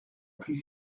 plus